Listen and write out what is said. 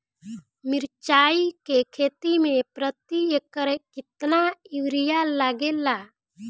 मिरचाई के खेती मे प्रति एकड़ केतना यूरिया लागे ला?